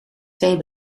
twee